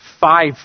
five